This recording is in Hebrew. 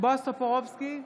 בועז טופורובסקי,